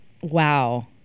Wow